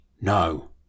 No